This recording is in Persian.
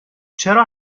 چرا